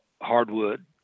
hardwood